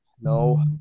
No